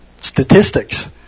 statistics